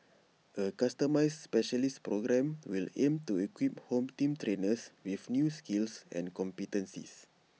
A customised specialist programme will aim to equip home team trainers with new skills and competencies